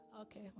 Okay